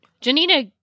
Janina